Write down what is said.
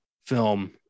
film